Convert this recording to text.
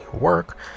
work